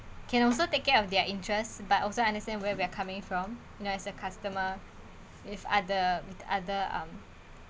can also take care of their interest but also understand where we're coming from you know as a customer if other with other um